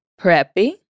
preppy